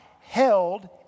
held